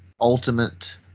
ultimate